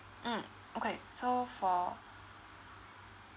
mmhmm okay so for